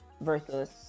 versus